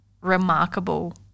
remarkable